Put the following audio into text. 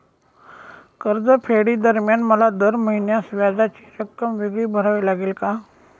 कर्जफेडीदरम्यान मला दर महिन्यास व्याजाची रक्कम वेगळी भरावी लागेल का?